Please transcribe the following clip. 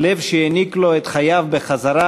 לב שהעניק לו את חייו בחזרה,